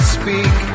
speak